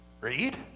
Read